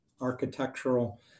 architectural